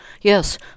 Yes